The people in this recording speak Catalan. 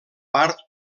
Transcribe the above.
part